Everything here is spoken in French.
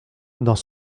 dans